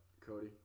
Cody